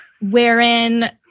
wherein